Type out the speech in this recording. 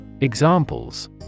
Examples